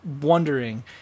wondering